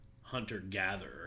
hunter-gatherer